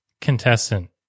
contestant